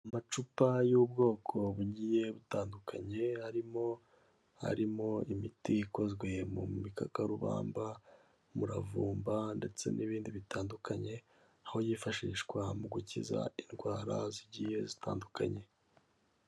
Amacupa y'ubwoko bugiye butandukanye harimo arimo imiti ikozwe mu bikakarubamba, umuravumba ndetse n'ibindi bitandukanye. Aho yifashishwa mu gukiza indwara zigiye zitandukanye.